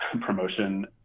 promotion